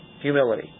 Humility